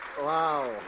Wow